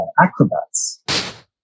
acrobats